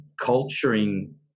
culturing